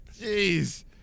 Jeez